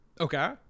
Okay